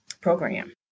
program